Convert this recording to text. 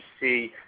see